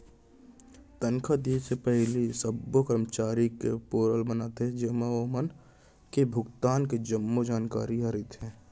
तनखा दिये के पहिली सब्बो करमचारी के पेरोल बनाथे जेमा ओमन के भुगतान के जम्मो जानकारी ह रथे